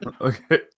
Okay